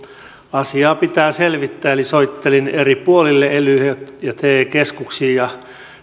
asiaa pitää selvittää eli soittelin eri puolille elyihin ja te keskuksiin ja